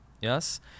Yes